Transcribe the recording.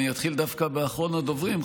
אני אתחיל דווקא באחרון הדוברים,